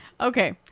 Okay